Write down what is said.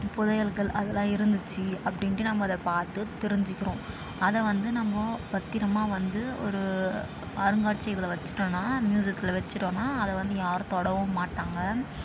புதையல்கள் அதெல்லாம் இருந்துச்சு அப்படின்ட்டு நம்ம அதை பார்த்து தெரிஞ்சுக்கிறோம் அதை வந்து நம்ம பத்திரமாக வந்து ஒரு அருங்காட்சியகத்தில் வைச்சுட்டோம்னா மியூசியத்தில் வைச்சுட்டோம்னா அதை வந்து யாரும் தொடவும் மாட்டாங்க